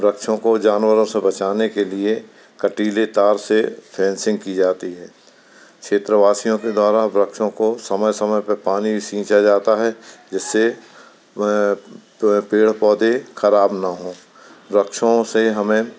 वृक्षों को जानवरों से बचाने के लिए कटीले तार से फेंसिंग की जाती है क्षेत्रवासियों के द्वारा वृक्षों को समय समय पे पानी सिंचा जाता है जिससे पेड़ पौधे खराब न हों वृक्षों से हमें